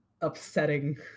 upsetting